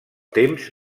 temps